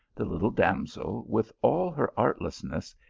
the little damsel, with all her artlessness,